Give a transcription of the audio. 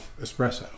espresso